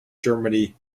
germany